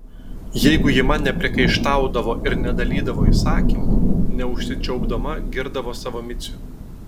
jeigu ji man nepriekaištaudavo ir nedalydavo įsakymų neužsičiaupdama girdavo savo micių